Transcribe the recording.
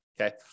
okay